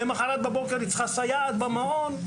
למוחרת בבוקר היא צריכה סייעת במעון.